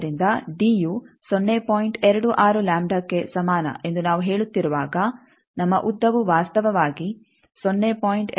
26 ಲಾಂಬ್ಡಾಕ್ಕೆ ಸಮಾನ ಎಂದು ನಾವು ಹೇಳುತ್ತಿರುವಾಗ ನಮ್ಮ ಉದ್ದವು ವಾಸ್ತವವಾಗಿ 0